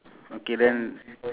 buy ten get one free